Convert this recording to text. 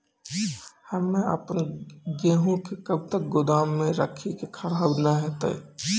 हम्मे आपन गेहूँ के कब तक गोदाम मे राखी कि खराब न हते?